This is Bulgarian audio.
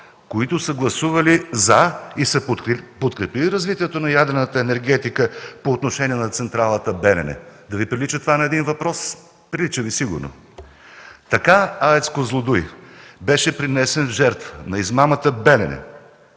които са гласували „за” и са подкрепили развитието на ядрената енергетика по отношение на централата „Белене”.” Да Ви прилича това на един въпрос? Прилича Ви, сигурно! Така АЕЦ „Козлодуй” беше принесен в жертва на измамата „Белене”.